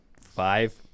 five